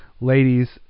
ladies